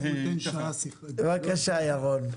בבקשה, ירון.